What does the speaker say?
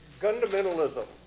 fundamentalism